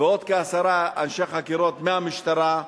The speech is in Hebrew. ועוד כעשרה אנשי חקירות מהמשטרה,